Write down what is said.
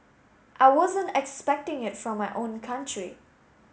I wasn't expecting it from my own country